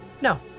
No